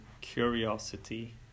curiosity